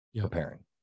preparing